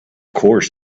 course